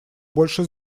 больше